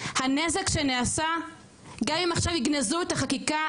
הנזק שנעשה גם אם עכשיו יגנזו את החקיקה,